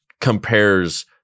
compares